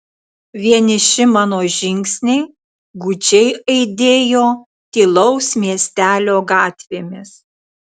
vieniši mano žingsniai gūdžiai aidėjo tylaus miestelio gatvėmis